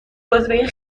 رتبه